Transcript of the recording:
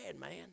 man